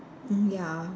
mm ya